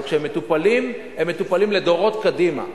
אבל כשהם מטופלים הם מטופלים לדורות קדימה.